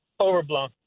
Overblown